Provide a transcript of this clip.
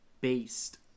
based